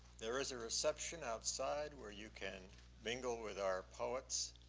there is a reception outside where you can mingle with our poets.